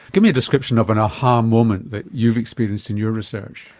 give me a description of an a-ha um moment that you've experienced in your research.